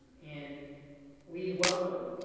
and we welcome